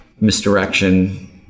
misdirection